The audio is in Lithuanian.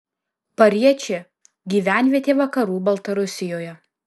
pariečė gyvenvietė vakarų baltarusijoje